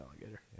alligator